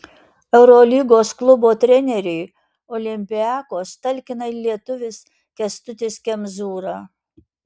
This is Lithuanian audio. eurolygos klubo treneriui olympiakos talkina ir lietuvis kęstutis kemzūra